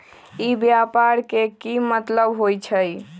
ई व्यापार के की मतलब होई छई?